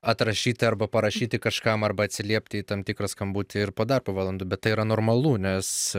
atrašyti arba parašyti kažkam arba atsiliepti į tam tikrą skambutį ir po darbo valandų bet tai yra normalu nes